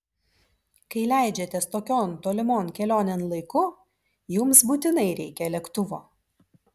kai leidžiatės tokion tolimon kelionėn laiku jums būtinai reikia lėktuvo